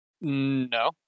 no